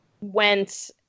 went